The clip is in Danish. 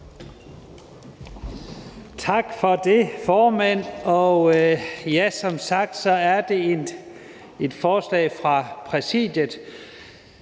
Tak for det, formand. Ja, som sagt er det et forslag fra Præsidiet.